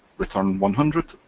return one hundred.